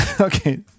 Okay